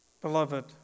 beloved